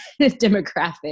demographic